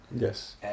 yes